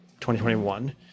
2021